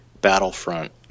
Battlefront